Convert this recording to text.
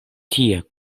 tie